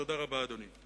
תודה רבה, אדוני.